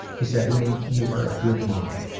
he said to me, you are ah good mom.